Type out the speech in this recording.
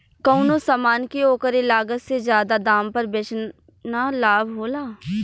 कउनो समान के ओकरे लागत से जादा दाम पर बेचना लाभ होला